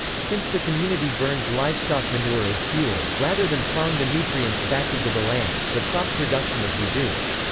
since the community burns livestock manure as fuel, rather than plowing the nutrients back into the land, the crop production is reduced.